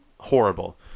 Horrible